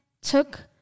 took